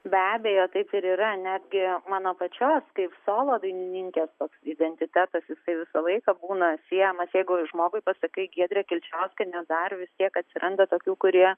be abejo taip ir yra netgi mano pačios kaip solo dainininkės toks identitetas jisai visą laiką būna siejamas jeigu žmogui pasakai giedrė kilčiauskienė dar vis tiek atsiranda tokių kurie